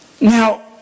Now